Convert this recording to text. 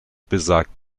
besagt